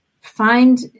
find